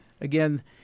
Again